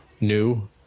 new